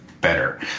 better